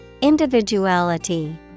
Individuality